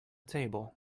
table